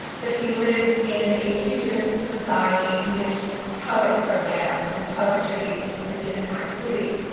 but she lives in a futuristic society in which poets are banned and poetry is a forbidden activity.